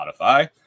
Spotify